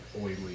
oily